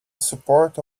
support